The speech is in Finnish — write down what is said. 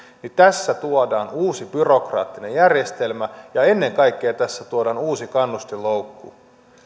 niin tässä tuodaan uusi byrokraattinen järjestelmä ja ennen kaikkea tässä tuodaan uusi kannustinloukku